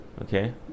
Okay